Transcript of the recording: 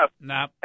Nah